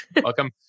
welcome